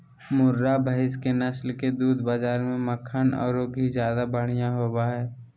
मुर्रा भैस के नस्ल के दूध बाज़ार में मक्खन औरो घी ज्यादा बढ़िया होबो हइ